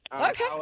Okay